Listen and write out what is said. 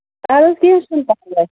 چلو کیٚنٛہہ چھُنہٕ پَرواے